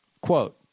quote